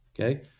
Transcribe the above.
Okay